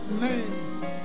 Name